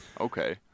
okay